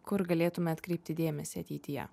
kur galėtume atkreipti dėmesį ateityje